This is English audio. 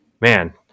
man